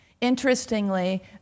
Interestingly